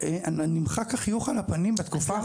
- נמחק החיוך על הפנים בתקופה האחרונה.